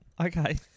okay